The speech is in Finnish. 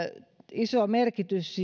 iso merkitys